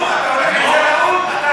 אתה הולך עם זה לאו"ם?